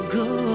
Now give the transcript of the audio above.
go